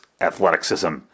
athleticism